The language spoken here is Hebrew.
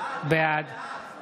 בעד